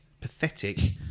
pathetic